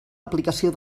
aplicació